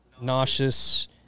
nauseous